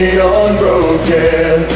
unbroken